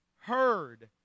heard